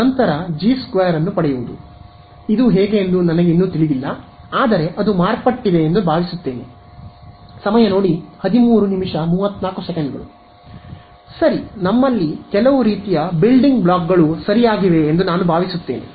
ನಂತರ ಜಿ 2 ಅನ್ನು ಹೇಗೆ ಪಡೆಯುವುದು ಎಂದು ನನಗೆ ಇನ್ನೂ ತಿಳಿದಿಲ್ಲ ಆದರೆ ಅದು ಮಾರ್ಪಟ್ಟಿದೆ ಎಂದು ನಾನು ಭಾವಿಸುತ್ತೇನೆ ಸರಿ ನಮ್ಮಲ್ಲಿ ಕೆಲವು ರೀತಿಯ ಬಿಲ್ಡಿಂಗ್ ಬ್ಲಾಕ್ಗಳು ಸರಿಯಾಗಿವೆ ಎಂದು ನಾನು ಭಾವಿಸುತ್ತೇನೆ